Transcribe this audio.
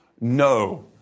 No